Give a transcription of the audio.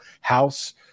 house